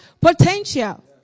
potential